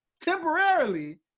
temporarily